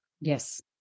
Yes